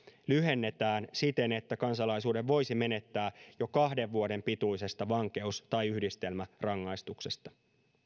lyhennetään siten että kansalaisuuden voisi menettää jo kahden vuoden pituisesta vankeus tai yhdistelmärangaistuksesta